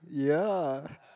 yeah